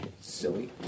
silly